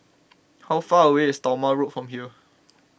how far away is Talma Road from here